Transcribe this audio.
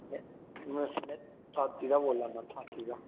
में में सुने थात्ती दा बोल्ला ना थात्ती दा